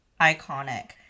Iconic